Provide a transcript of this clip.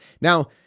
Now